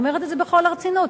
אני אומרת את זה בכל הרצינות.